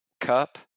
Cup